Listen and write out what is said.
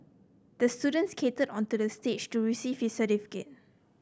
the student skated onto the stage to receive his certificate